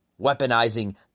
Weaponizing